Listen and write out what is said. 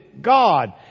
God